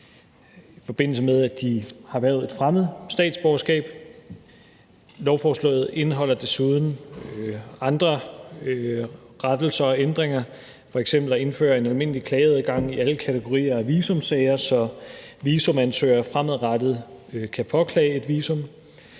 i forbindelse med at de har erhvervet et fremmed statsborgerskab. Lovforslaget indeholder desuden andre rettelser og ændringer, f.eks. at indføre en almindelig klageadgang i alle kategorier af visumsager, så visumansøgere fremadrettet kan påklage et visum